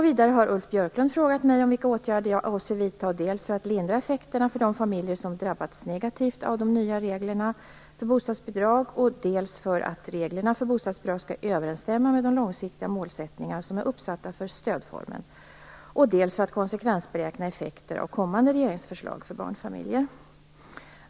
Vidare har Ulf Björklund frågat mig om vilka åtgärder jag avser vidta dels för att lindra effekterna för de familjer som drabbats negativt av de nya reglerna för bostadsbidrag, dels för att reglerna för bostadsbidrag skall överensstämma med de långsiktiga målsättningar som är uppsatta för stödformen och dels för att konsekvensberäkna effekter av kommande regeringsförslag för barnfamiljer.